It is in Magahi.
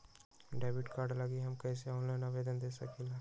डेबिट कार्ड लागी हम कईसे ऑनलाइन आवेदन दे सकलि ह?